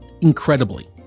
incredibly